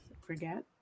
Forget